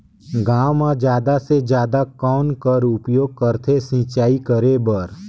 गांव म जादा से जादा कौन कर उपयोग करथे सिंचाई करे बर?